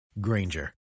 Granger